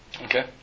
Okay